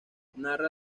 narra